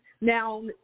now